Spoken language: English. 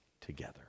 together